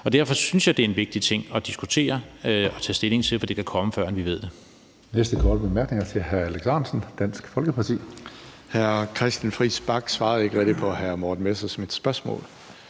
Derfor synes jeg, det er en vigtig ting at diskutere og tage stilling til, for det kan komme, førend vi ved det.